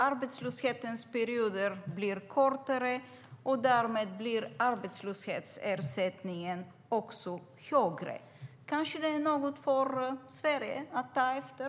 Arbetslöshetsperioden blir kortare, och därmed blir arbetslöshetsersättningen också högre. Kanske det är något för Sverige att ta efter.